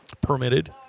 permitted